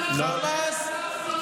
אתה יושב בממשלה שיש בה שר תומך טרור.